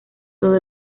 todo